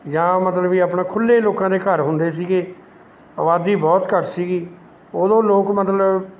ਜਾਂ ਮਤਲਬ ਵੀ ਆਪਣਾ ਖੁੱਲ੍ਹੇ ਲੋਕਾਂ ਦੇ ਘਰ ਹੁੰਦੇ ਸੀਗੇ ਆਬਾਦੀ ਬਹੁਤ ਘੱਟ ਸੀਗੀ ਓਦੋਂ ਲੋਕ ਮਤਲਬ